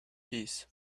peace